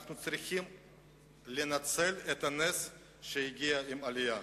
אנחנו צריכים לנצל את הנס שהגיע עם העלייה.